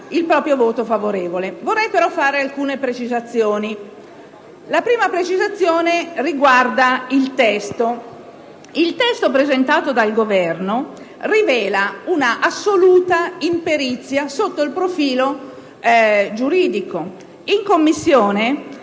il proprio voto favorevole. Vorrei però fare alcune precisazioni, la prima delle quali riguarda il testo. Il testo presentato dal Governo evidenzia un'assoluta imperizia sotto il profilo giuridico, e ciò in Commissione